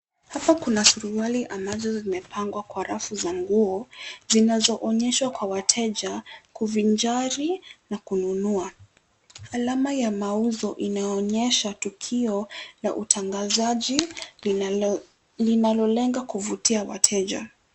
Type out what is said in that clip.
Hapa kuna suruali ambazo zimepangwa kwa rafu za nguo zinazoonyeshwa kwa wateja kuvinjari na kununua. Alama ya mauzo inaonyesha tukio ya utangazaji linalolenga kuvutia wateja.